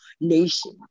nation